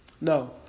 No